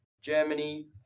Germany